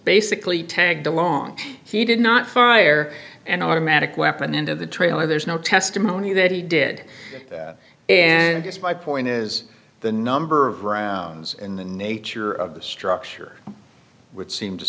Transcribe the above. basically tagged along he did not fire and automatic weapon into the trailer there's no testimony that he did and yes my point is the number of rounds in the nature of the structure would seem to